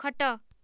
ଖଟ